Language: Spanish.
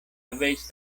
habéis